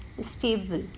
stable